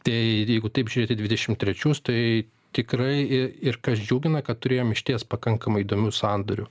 tai jeigu taip žiūrėt į dvidešim trečius tai tikrai ir kas džiugina kad turėjom išties pakankamai įdomių sandorių